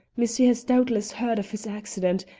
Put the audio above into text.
monsieur has doubtless heard of his accident,